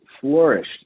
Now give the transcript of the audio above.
flourished